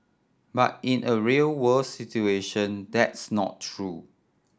but in a real world situation that's not true